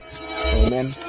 Amen